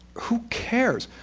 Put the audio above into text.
who cares?